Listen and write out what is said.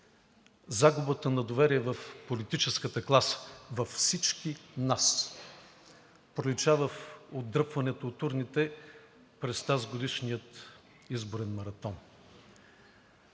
Загубата на доверие в политическата класа, във всички нас, пролича в отдръпването от урните през тазгодишния изборен маратон.